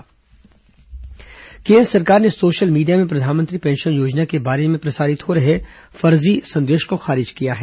प्रधानमंत्री पेंशन योजना केन्द्र सरकार ने सोशल मीडिया में प्रधानमंत्री पेंशन योजना के बारे में प्रसारित हो रहे फर्जी संदेश को खारिज किया है